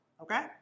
okay